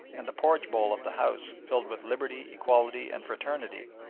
and the porridge bowl of the house filled with liberty, equality, and fraternity,